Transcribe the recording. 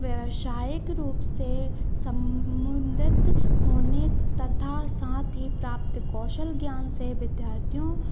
व्यवसायिक रूप से सम्मुदित होने तथा साथ ही साथ कौशल ज्ञान से विद्यार्थियों को